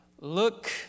Look